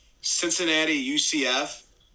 Cincinnati-UCF